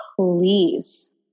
please